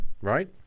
Right